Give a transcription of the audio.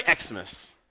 Xmas